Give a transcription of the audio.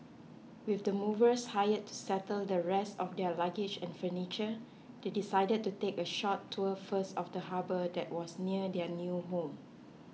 with the movers hired to settle the rest of their luggage and furniture they decided to take a short tour first of the harbour that was near their new home